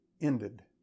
ended